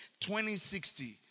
2060